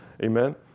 Amen